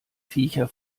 viecher